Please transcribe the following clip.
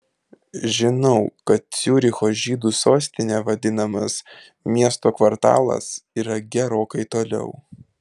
žinau kad ciuricho žydų sostine vadinamas miesto kvartalas yra gerokai toliau